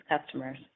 customers